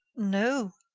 no.